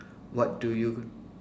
what do you